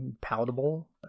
palatable